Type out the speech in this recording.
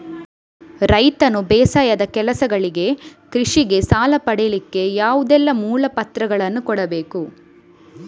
ರೈತನು ಬೇಸಾಯದ ಕೆಲಸಗಳಿಗೆ, ಕೃಷಿಗೆ ಸಾಲ ಪಡಿಲಿಕ್ಕೆ ಯಾವುದೆಲ್ಲ ಮೂಲ ಪತ್ರ ಕೊಡ್ಬೇಕು?